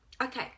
okay